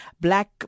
Black